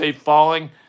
falling